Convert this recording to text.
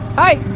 hi